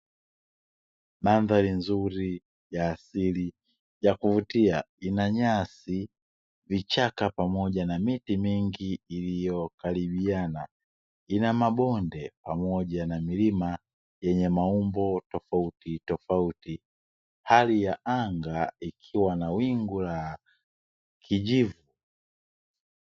Mandhari nzuri ya asili ya kuvutia inanyasi, vichaka, pamoja na miti mingi iliyokaribiana. Ina mabonde pamoja na milima yenye maumbo tofautitofauti, hali ya anga likiwa na wingu la kijivu.